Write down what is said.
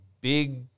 big